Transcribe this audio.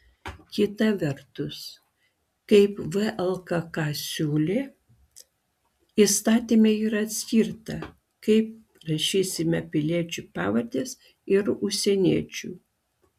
kita vertus kaip vlkk siūlė įstatyme yra atskirta kaip rašysime piliečių pavardes ir užsieniečių